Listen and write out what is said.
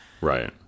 Right